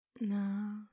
no